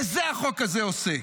בזה החוק הזה עוסק.